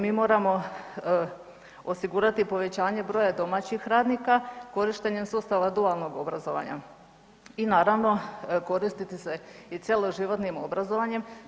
Mi moramo osigurati povećanje broja domaćih radnika korištenjem sustava dualnog obrazovanja i naravno koristiti se i cjeloživotnim obrazovanjem.